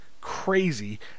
crazy